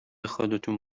خودتون